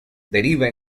deriva